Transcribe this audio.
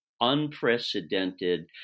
unprecedented